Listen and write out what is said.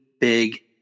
big